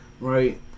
right